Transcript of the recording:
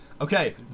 Okay